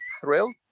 thrilled